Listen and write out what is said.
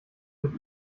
mit